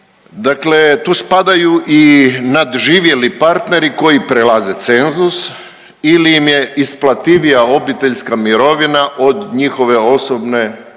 Dakle, tu spadaju i nadživjeli partneri koji prelaze cenzus ili im je isplativija obiteljska mirovina od njihove osobne plus